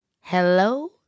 Hello